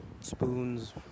spoons